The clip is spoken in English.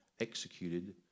executed